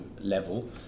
level